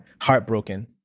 Heartbroken